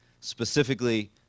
specifically